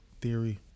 Theory